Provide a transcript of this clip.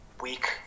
weak